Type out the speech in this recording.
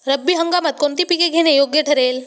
रब्बी हंगामात कोणती पिके घेणे योग्य ठरेल?